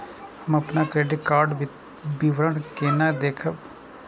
हम अपन credit card के विवरण केना देखब?